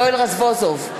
יואל רזבוזוב,